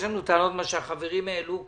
יש לנו טענות כפי שהעלו החברים כאן